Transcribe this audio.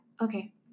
Okay